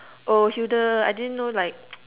oh Hilda I didn't know like